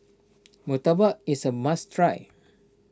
Murtabak is a must try